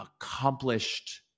accomplished